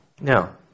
Now